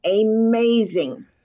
amazing